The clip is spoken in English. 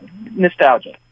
nostalgia